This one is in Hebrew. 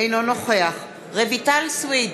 אינו נוכח רויטל סויד,